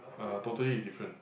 uh totally is different